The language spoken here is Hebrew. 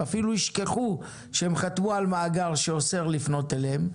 ישכחו שהם חתמו על מאגר שאוסר לפנות אליהם,